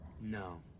No